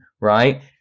Right